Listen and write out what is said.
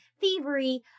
thievery